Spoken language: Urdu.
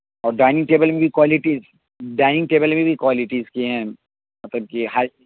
اور ڈائننگ ٹیبل میں بھی کوائلٹی ڈائننگ ٹیبل میں بھی کوائلٹیز اس کی ہیں مطلب کہ ہائی